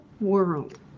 world